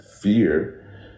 fear